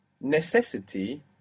Necessity